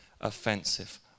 offensive